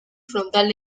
frontal